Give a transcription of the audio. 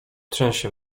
trzęsie